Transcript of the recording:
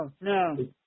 No